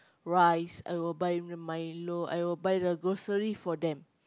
rice I will buy the Milo I will buy the grocery